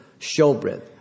showbread